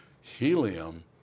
helium